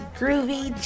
groovy